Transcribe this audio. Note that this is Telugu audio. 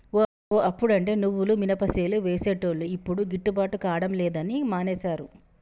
ఓ అప్పుడంటే నువ్వులు మినపసేలు వేసేటోళ్లు యిప్పుడు గిట్టుబాటు కాడం లేదని మానేశారు